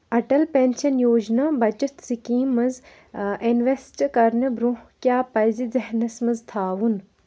Atal pension Yojana بَچَت scheme منٛز invest کَرنہٕ برٛونٛہہ کیٛاہ پَزِ ذہنَس منٛز تھاوُن